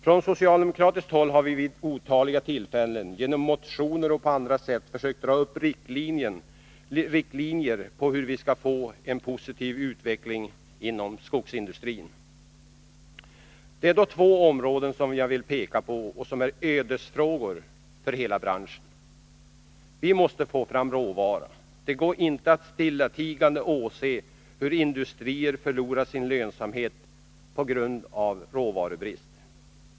Från socialdemokratiskt håll har vi vid otaliga tillfällen genom motioner och på andra sätt försökt dra upp riktlinjer för hur vi skulle få en positiv utveckling inom skogsindustrin. Det är två områden som jag vill peka på. Det är ödesfrågor för hela branschen. Vi måste få fram råvara. Det går inte att stillatigande åse hur industrier förlorar sin lönsamhet på grund av råvarubrist.